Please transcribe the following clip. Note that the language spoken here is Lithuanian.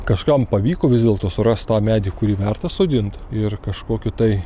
kažkam pavyko vis dėlto surast tą medį kurį verta sodint ir kažkokiu tai